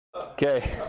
Okay